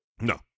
No